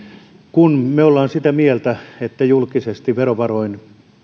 kun me olemme sitä mieltä että julkisesti verovaroin